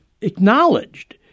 acknowledged